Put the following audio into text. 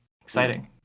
exciting